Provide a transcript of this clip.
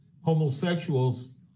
homosexuals